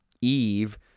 Eve